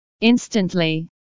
instantly